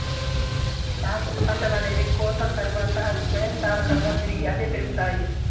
శాశ్వత పంటలనేవి కోత తర్వాత, అవి స్వయంచాలకంగా తిరిగి అవే పెరుగుతాయి